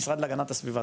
המשרד להגנת הסביבה.